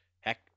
Heck